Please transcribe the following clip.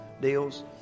deals